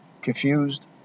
Confused